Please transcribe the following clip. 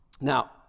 Now